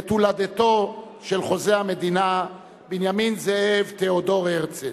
את יום הולדתו של חוזה המדינה בנימין זאב תיאודור הרצל.